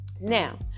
now